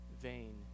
vain